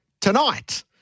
tonight